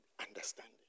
understanding